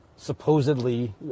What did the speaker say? supposedly